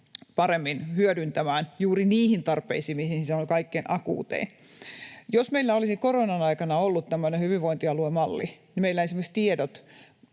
paremmin hyödyntämään juuri niihin tarpeisiin, missä se on kaikkein akuuteinta. Jos meillä olisi koronan aikana ollut tämmöinen hyvinvointialuemalli, niin meillä esimerkiksi tiedot